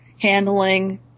handling